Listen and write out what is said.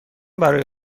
برای